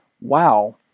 wow